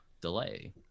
delay